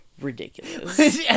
ridiculous